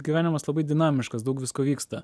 gyvenimas labai dinamiškas daug visko vyksta